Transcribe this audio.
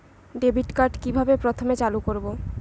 Debit card কিভাবে প্রথমে চালু করব?